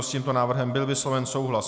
S tímto návrhem byl vysloven souhlas.